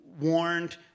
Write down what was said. warned